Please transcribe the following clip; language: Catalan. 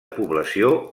població